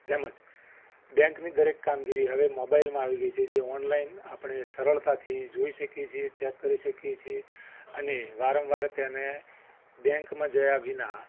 તેમજ બૅન્કની દરેક કામગીરી હવે મોબાઇલમાં આવી ગઈ છે જે ઑનલાઇન આપણે સરળતાથી જોઈ શકીએ છીએ ચૅક કરી શકીએ છીએ અને વારંવાર તેને બૅન્કમાં ગયા વિના